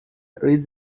read